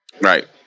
Right